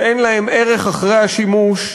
שאין להם ערך אחרי השימוש,